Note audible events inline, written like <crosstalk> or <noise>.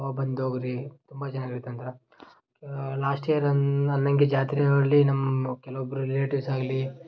ಅವಾಗ ಬಂದು ಹೋಗ್ರಿ ತುಂಬ ಜನ <unintelligible> ಲಾಸ್ಟ್ ಇಯರ್ ಅನ್ ಅನ್ನೋಂಗೆ ಜಾತ್ರೆಯಲ್ಲಿ ನಮ್ಮ ಕೆಲವೊಬ್ಬರು ರಿಲೇಟಿವ್ಸ್ ಆಗಲಿ